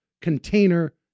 container